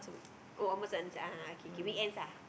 oh almost K K weekends ah